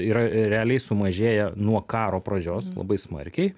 yra realiai sumažėję nuo karo pradžios labai smarkiai